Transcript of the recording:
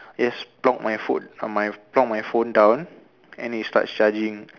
yes just plug my phone um my plug my phone down and it starts charging